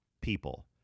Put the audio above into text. people